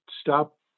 stop